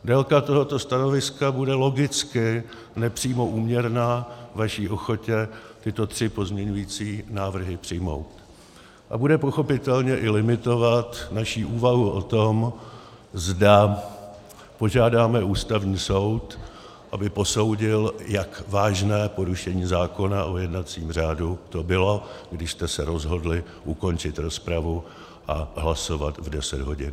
Délka tohoto stanoviska bude logicky nepřímo úměrná vaší ochotě tyto tři pozměňující návrhy přijmout a bude pochopitelně i limitovat naši úvahu o tom, zda požádáme Ústavní soud, aby posoudil, jak vážné porušení zákona o jednacím řádu to bylo, když jste se rozhodli ukončit rozpravu a hlasovat v 10 hodin.